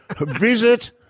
Visit